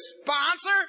sponsor